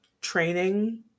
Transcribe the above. training